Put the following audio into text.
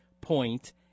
point